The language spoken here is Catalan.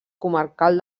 comarcal